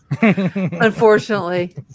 Unfortunately